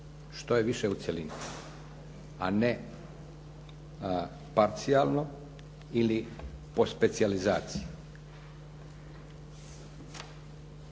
što je više u cjelini a ne parcijalno ili po specijalizaciji.